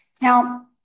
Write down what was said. Now